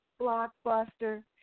blockbuster